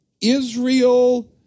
Israel